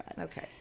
Okay